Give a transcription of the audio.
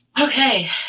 Okay